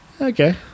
Okay